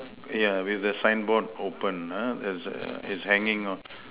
yeah with the signboard open ah there's a is hanging up